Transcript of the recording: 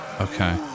Okay